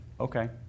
okay